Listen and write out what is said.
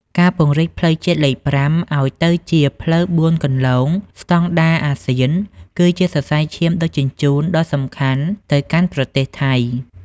ការពង្រីកផ្លូវជាតិលេខ៥ ឱ្យទៅជាផ្លូវបួនគន្លងស្ដង់ដារអាស៊ាន គឺជាសរសៃឈាមដឹកជញ្ជូនដ៏សំខាន់ទៅកាន់ប្រទេសថៃ។